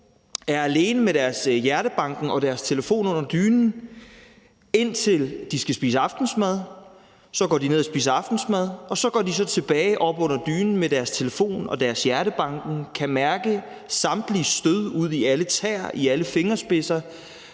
er alene med deres hjertebanken og deres telefon under dynen, indtil de skal spise aftensmad. Så går de ned og spiser aftensmad, og så går de tilbage op under dynen med deres telefon og deres hjertebanken og kan mærke samtlige stød ude i alle tæer, ude i alle fingerspidser,